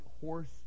horse